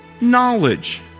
knowledge